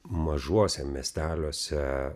mažuose miesteliuose